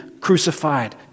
crucified